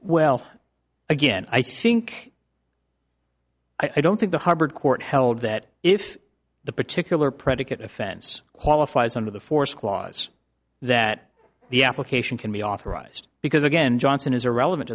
well again i think i don't think the hubbard court held that if the particular predicate offense qualifies under the force clause that the application can be authorized because again johnson is irrelevant